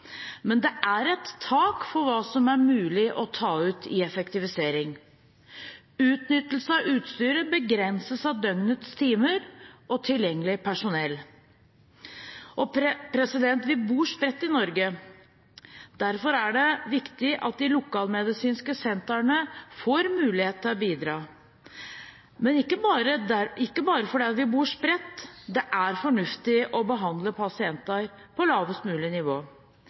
men det er et tak for hva som er mulig å ta ut i effektivisering. Utnyttelse av utstyr begrenses av døgnets timer og tilgjengelig personell. Vi bor spredt i Norge. Derfor er det viktig at de lokalmedisinske sentrene får mulighet til å bidra. Men ikke bare fordi vi bor spredt. Det er fornuftig å behandle pasienter på lavest mulig nivå.